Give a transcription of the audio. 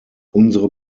unsere